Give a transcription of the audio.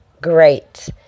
great